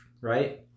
right